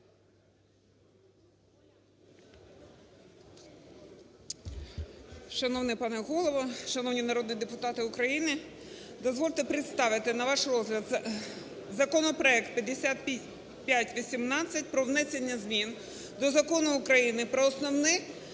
Шановний пане Голово, шановні народні депутати України! Дозвольте представити на ваш розгляд законопроект 5518 про внесення змін до Закону України "Про основи